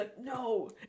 no